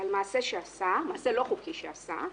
על מעשה לא חוקי שעשה,